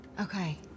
Okay